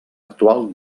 actual